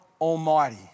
Almighty